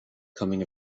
coming